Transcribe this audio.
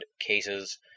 cases